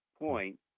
point